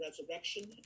resurrection